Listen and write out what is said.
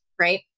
right